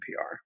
PR